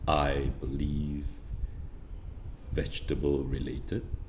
I believe vegetable related